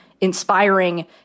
inspiring